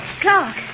Clark